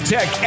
Tech